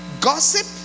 Gossip